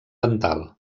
dental